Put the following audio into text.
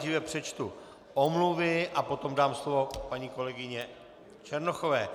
Nejdříve přečtu omluvy a potom dám slovo paní kolegyni Černochové.